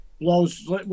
blows